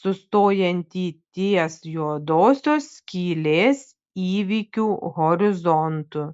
sustojantį ties juodosios skylės įvykių horizontu